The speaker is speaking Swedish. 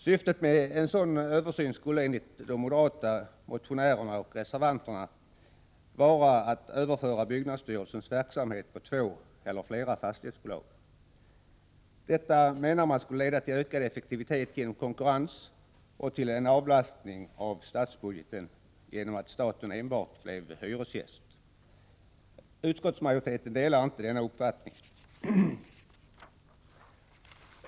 Syftet med en sådan översyn skulle enligt de moderata motionärerna och reservanterna vara att överföra byggnadsstyrelsens verksamhet på två eller flera fastighetsbolag. Detta, menar man, skulle leda till ökad effektivitet genom konkurrens och till en avlastning av statsbudgeten genom att staten enbart blev hyresgäst. Utskottsmajoriteten delar inte denna uppfattning.